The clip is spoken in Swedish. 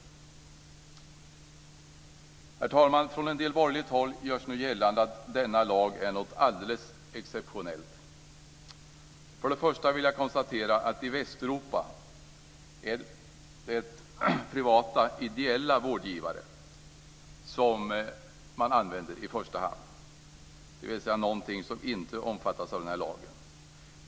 Herr talman! Från borgerligt håll görs nu gällande att denna lag är något alldeles exceptionellt. För det första vill jag konstatera att i Västeuropa är det privata ideella vårdgivare man använder i första hand, dvs. något som inte omfattas av den här lagen.